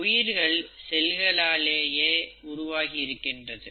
உயிர்கள் செல்களாலேயே உருவாகியிருக்கிறது